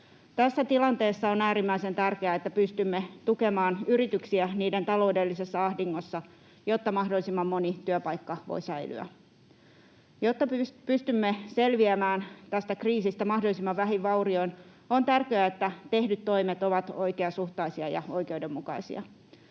Tässä tilanteessa on äärimmäisen tärkeää, että pystymme tukemaan yrityksiä niiden taloudellisessa ahdingossa, jotta mahdollisimman moni työpaikka voi säilyä. Jotta pystymme selviämään tästä kriisistä mahdollisimman vähin vaurioin, on tärkeää, että tehdyt toimet ovat oikeasuhtaisia ja oikeudenmukaisia.